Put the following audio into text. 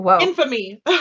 infamy